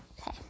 Okay